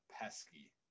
pesky